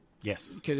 yes